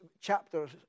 chapters